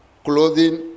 Clothing